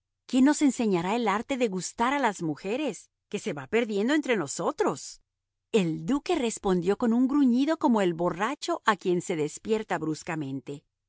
quién nos enseñará el arte de gustar a las mujeres que se va perdiendo entre nosotros el duque respondió con un gruñido como el borracho a quien se despierta bruscamente